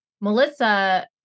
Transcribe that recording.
Melissa